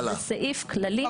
זה סעיף כללי שקיים.